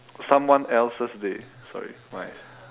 someone else's day sorry my